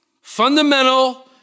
fundamental